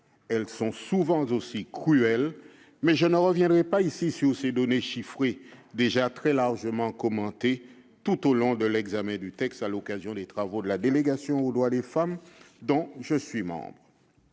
elles sont toujours aussi cruelles -, mais je ne reviendrai pas ici sur ces données chiffrées, déjà très largement commentées tout au long de l'examen du texte et à l'occasion des travaux de la délégation aux droits des femmes. Avec les sénatrices